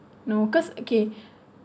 no cause okay